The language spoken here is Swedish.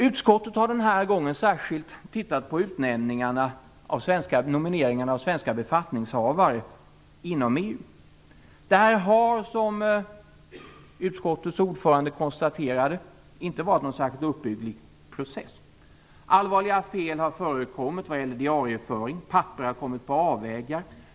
Utskottet har den här gången särskilt studerat nomineringarna av svenska befattningshavare inom EU. Det har, som utskottets ordförande konstaterade, inte varit någon särskilt uppbygglig process. Allvarliga fel har förekommit vad gäller diarieföring och papper har kommit på avvägar.